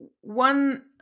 one